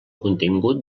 contingut